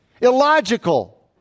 illogical